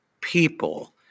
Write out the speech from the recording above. people